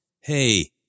hey